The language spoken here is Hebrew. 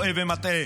טועה ומטעה,